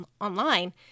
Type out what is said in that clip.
online